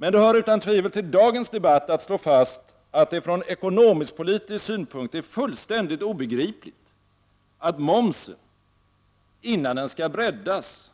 Det hör dock utan tvivel till dagens debatt att slå fast att det från ekonomisk-politisk synpunkt är fullständigt obegripligt att momsen också skall höjas innan den skall breddas.